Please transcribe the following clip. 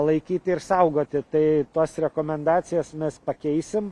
laikyti ir saugoti tai tos rekomendacijos mes pakeisim